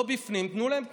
לא בפנים, תנו להן תנאים.